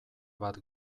bat